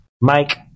Mike